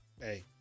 hey